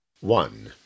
one